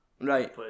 Right